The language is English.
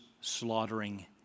slaughtering